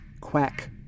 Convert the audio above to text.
quack